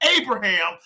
Abraham